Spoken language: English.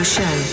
Show